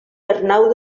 arnau